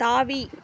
தாவி